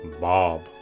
Bob